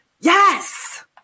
Yes